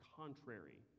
contrary